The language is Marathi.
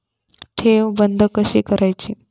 ठेव बंद कशी करायची?